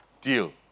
deal